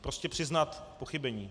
Prostě přiznat pochybení.